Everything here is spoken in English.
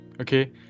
Okay